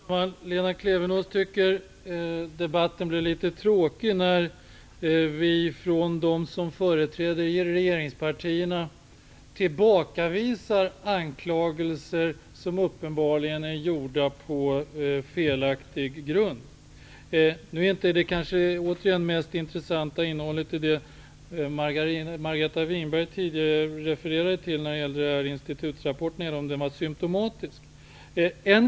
Herr talman! Lena Klevenås tycker att debatten blir litet tråkig när vi som företräder regeringspartierna tillbakavisar anklagelser som uppenbarligen är gjorda på felaktiga grunder. Winberg tidigare refererade till är kanske inte det mest intressanta även om det är symtomatiskt.